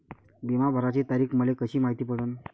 बिमा भराची तारीख मले कशी मायती पडन?